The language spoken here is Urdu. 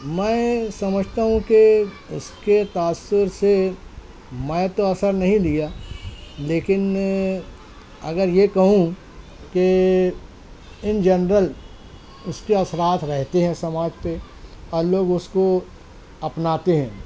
میں سمجھتا ہوں کہ اس کے تاثر سے میں تو اثر نہیں لیا لیکن اگر یہ کہوں کہ ان جنرل اس کے اثرات رہتے ہیں سماج پہ اور لوگ اس کو اپناتے ہیں